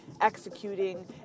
executing